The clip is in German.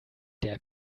der